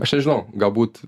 aš nežinau galbūt